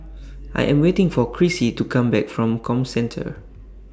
I Am waiting For Crissy to Come Back from Comcentre